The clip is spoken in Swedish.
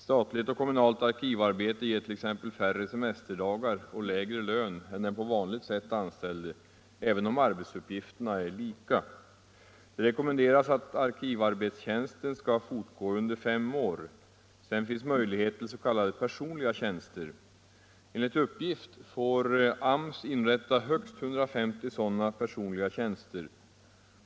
Statligt och kommunalt arkivarbete ger t.ex. färre semesterdagar och lägre lön än den på vanligt sätt anställde har, även om arbetsuppgifterna är lika. Det rekommenderas att arkivarbetstjänsten skall fortgå under fem år. Därefter finns möjligheter till s.k. personliga tjänster. Enligt uppgift får AMS dock inrätta högst 150 sådana personliga tjänster.